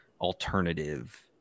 alternative